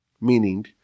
Meaning